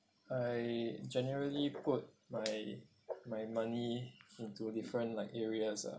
I generally put my my money into different like areas ah